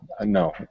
no